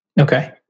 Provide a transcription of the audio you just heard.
Okay